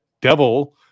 devil